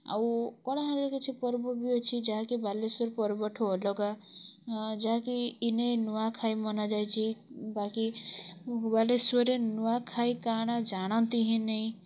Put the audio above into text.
ଆଉ କଳାହାଣ୍ଡିର କିଛି ପର୍ବ ବି ଅଛି ଯାହାକି ବାଲେଶ୍ୱର ପର୍ବଠୁ ଅଲଗା ଯାହାକି ଇନେ ନୂଆଖାଇ ମନାଯାଇଛି ବାକି ବାଲେଶ୍ୱରରେ ନୂଆଖାଇ କାଣା ଜାଣନ୍ତି ହିଁ ନେଇଁ